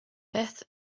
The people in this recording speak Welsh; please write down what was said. beth